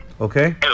okay